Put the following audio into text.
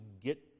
get